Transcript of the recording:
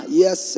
yes